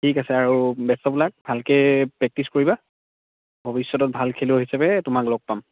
ঠিক আছে আৰু বেষ্ট অৱ লাক ভালকৈ পেক্টিছ কৰিবা ভৱিষ্যতত ভাল খেলুৱৈ হিচাপে তোমাক লগ পাম